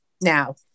now